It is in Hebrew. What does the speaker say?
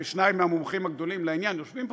ושניים מהמומחים הגדולים לעניין יושבים פה